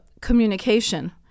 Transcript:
communication